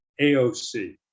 AOC